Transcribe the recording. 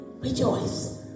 rejoice